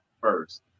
first